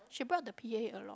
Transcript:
she brought the P_A along